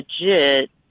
legit